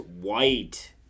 white